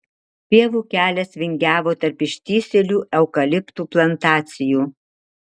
pievų kelias vingiavo tarp ištįsėlių eukaliptų plantacijų